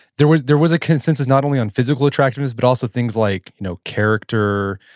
there was there was a consensus not only on physical attractiveness but also things like you know character,